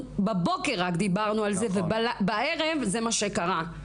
בבוקר רק דיברנו על זה ובערב זה מה שקרה.